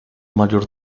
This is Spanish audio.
mayor